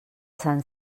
sant